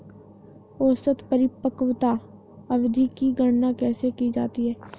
औसत परिपक्वता अवधि की गणना कैसे की जाती है?